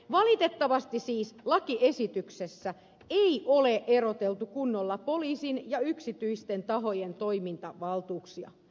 valitettavasti siis lakiesityksessä ei ole eroteltu kunnolla poliisin ja yksityisten tahojen toimintavaltuuksia